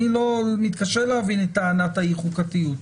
אני מתקשה להבין את טענת האי חוקתיות.